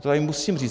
To tady musím říct.